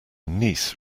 niece